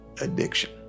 addiction